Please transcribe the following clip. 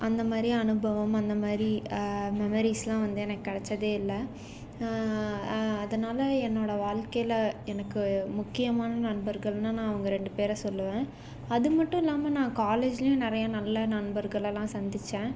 அந்த மாதிரி அனுபவம் அந்த மாதிரி மெமரீஸ்லாம் வந்து எனக்கு கிடைச்சதே இல்லை அதனால் என்னோட வாழ்க்கையில எனக்கு முக்கியமான நண்பர்கள்னால் நான் அவங்க ரெண்டு பேரை சொல்லுவேன் அது மட்டும் இல்லாமல் நான் காலேஜ்லையும் நிறையா நல்ல நண்பர்களெல்லாம் சந்தித்தேன்